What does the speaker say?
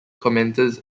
commences